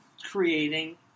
creating